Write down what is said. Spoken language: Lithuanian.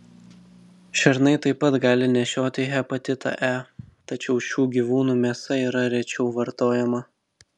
šernai taip pat gali nešioti hepatitą e tačiau šių gyvūnų mėsa yra rečiau vartojama